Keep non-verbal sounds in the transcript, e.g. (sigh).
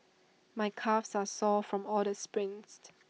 my calves are sore from all the sprints (noise)